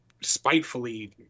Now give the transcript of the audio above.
spitefully